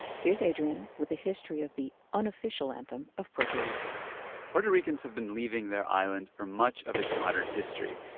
here's adrian with the history of the unofficial anthem of puerto rico puerto ricans have been leaving their island for much of its modern history,